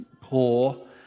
poor